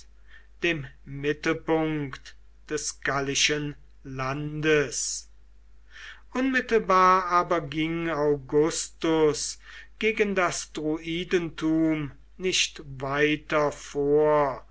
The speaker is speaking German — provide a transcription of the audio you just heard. dem mittelpunkt des gallischen landes unmittelbar aber ging augustus gegen das druidentum nicht weiter vor